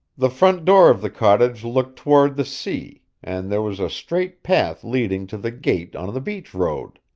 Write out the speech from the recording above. the front door of the cottage looked toward the sea, and there was a straight path leading to the gate on the beach road.